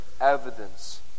evidence